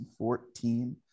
2014